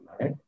right